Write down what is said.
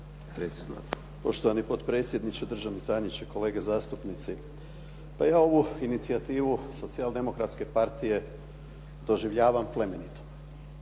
Poštovani potpredsjedniče, državni tajniče, kolege zastupnici. Pa ovu inicijativu Socijaldemokratske partije doživljavam plemenito.